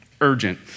urgent